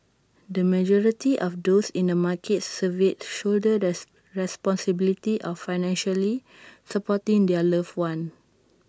the majority of those in the markets surveyed shoulder thus responsibility of financially supporting their loved ones